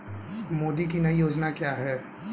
मोदी की नई योजना क्या है?